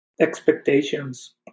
expectations